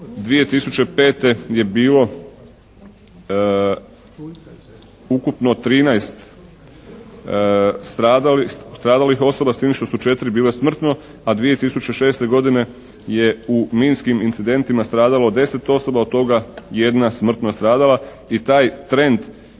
2005. je bilo ukupno 13 stradalih osoba, s time što su 4 bile smrtno, a 2006. godine je u minskim incidentima stradalo 10 osoba, od toga jedna smrtno stradala i taj trend